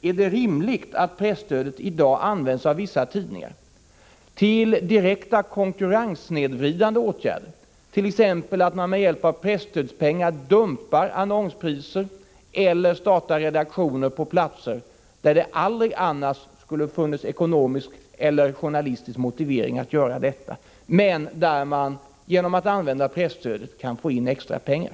Är det rimligt att presstödet i dag av vissa tidningar används till direkt konkurrenssnedvridande åtgärder, t.ex. genom att med hjälp av presstödspengar dumpa annonspriser eller starta redaktioner på platser där det aldrig annars skulle ha funnits ekonomiska eller journalistiska motiv för att göra det, dvs. använda presstödet för att få in extra pengar?